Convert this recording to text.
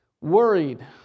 worried